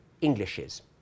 Englishes